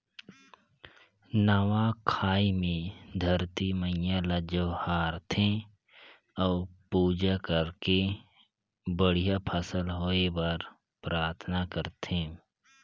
नवा खाई मे धरती मईयां ल जोहार थे अउ पूजा करके बड़िहा फसल होए बर पराथना करथे